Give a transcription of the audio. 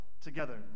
together